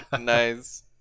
Nice